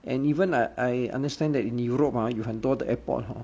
and even I I understand that in europe uh 有很多的 airport hor